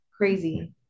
crazy